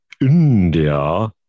India